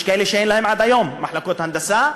ויש כאלה שעד היום אין להן מחלקות הנדסה,